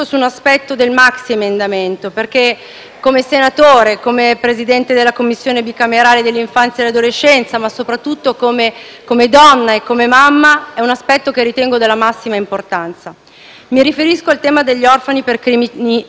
Mi riferisco al tema degli orfani per crimini domestici: oggi, nel testo che ci apprestiamo a votare, restano soltanto 5 milioni di euro, a fronte dei 12 milioni richiesti ma soprattutto necessari.